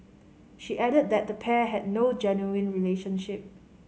she added that the pair had no genuine relationship